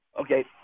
Okay